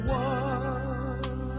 one